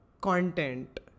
content